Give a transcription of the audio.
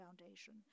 foundation